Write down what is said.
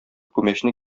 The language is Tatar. күмәчне